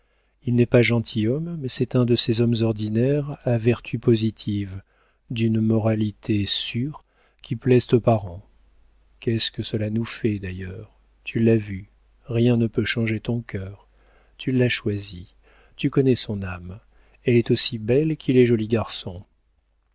il n'est pas gentilhomme mais c'est un de ces hommes ordinaires à vertus positives d'une moralité sûre qui plaisent aux parents qu'est-ce que cela nous fait d'ailleurs tu l'as vu rien ne peut changer ton cœur tu l'as choisi tu connais son âme elle est aussi belle qu'il est joli garçon